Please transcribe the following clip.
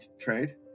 trade